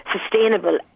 sustainable